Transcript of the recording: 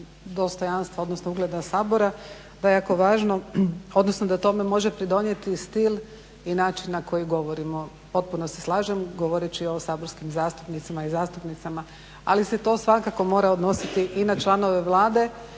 odnosno ugleda Sabora da je jako važno, odnosno da tome može pridonijeti stil i način na koji govorimo. Potpuno se slažem govoreći o saborskim zastupnicima i zastupnicama ali se to svakako mora odnositi i na članove Vlade